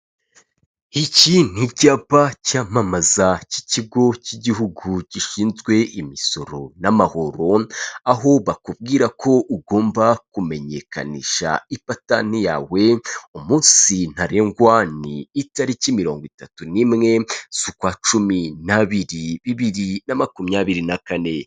Iki ni icyapa cyamamaza cy'ikigo cy'igihugu gishinzwe imisoro n'amahoro, aho bakubwira ko ugomba kumenyekanisha ipatanti yawe, umunsi ntarengwa ni itariki mirongo itatu n'imwe z'ukwa cumi n'abiri, bibiri na makumyabiri na kane.